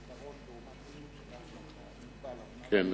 כן,